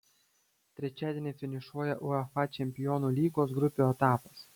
trečiadienį finišuoja uefa čempionų lygos grupių etapas